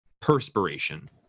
perspiration